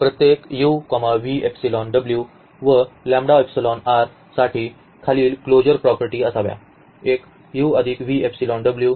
प्रत्येक व साठी खालील क्लोजर प्रॉपर्टी असाव्या